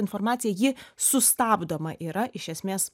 informacija ji sustabdoma yra iš esmės